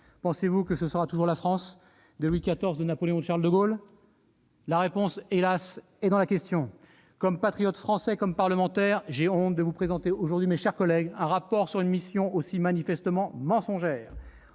Pensez-vous que ce sera toujours la France, de Louis XIV, de Napoléon ou de Charles de Gaulle ? La réponse, hélas, est dans la question ! Comme patriote français, comme parlementaire, j'ai honte de vous présenter aujourd'hui, mes chers collègues, un rapport sur une mission aussi manifestement mensongère.